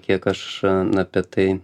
kiek aš apie tai